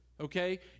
okay